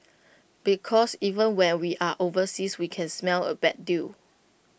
because even when we are overseas we can smell A bad deal